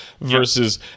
versus